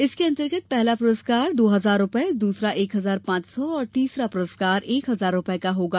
इसके अन्तर्गत पहला पुरस्कार दो हजार रूपये दूसरा एक हजार पांच सौ और तीसरा पुरस्कार एक हजार रूपये का होगा